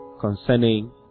concerning